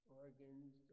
organs